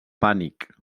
pànic